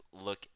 look